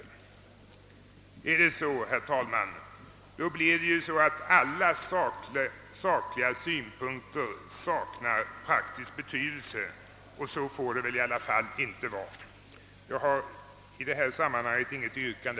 Men är det så, herr talman, då saknar alla sakliga synpunkter praktisk betydelse, och på det sättet får det väl i alla fall inte vara. Jag har i detta sammanhang inget yrkande.